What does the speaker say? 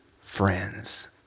friends